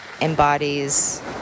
embodies